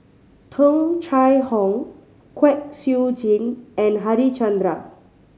Tung Chye Hong Kwek Siew Jin and Harichandra